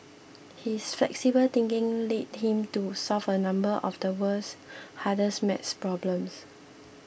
his flexible thinking led him to solve a number of the world's hardest math problems